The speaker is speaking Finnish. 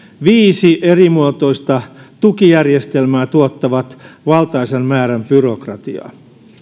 viisi erimuotoista tukijärjestelmää tuottavat valtaisan määrän byrokratiaa